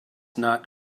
not